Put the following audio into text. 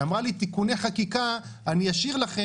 היא אמרה לי: תיקוני חקיקה אני אשאיר לכם,